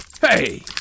Hey